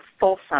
Folsom